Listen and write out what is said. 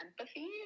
empathy